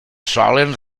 solen